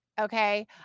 Okay